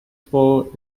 for